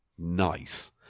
Nice